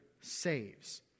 saves